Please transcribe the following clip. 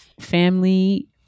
family